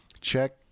check